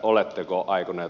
arvoisa puhemies